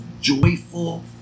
joyful